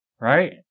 Right